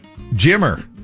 jimmer